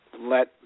let